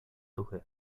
duchy